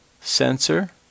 sensor